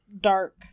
dark